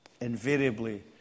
invariably